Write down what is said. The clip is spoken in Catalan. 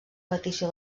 petició